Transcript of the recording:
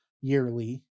yearly